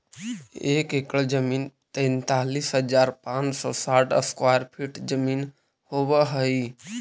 एक एकड़ जमीन तैंतालीस हजार पांच सौ साठ स्क्वायर फीट जमीन होव हई